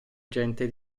gente